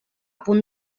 punt